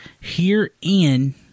herein